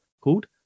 called